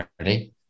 Ready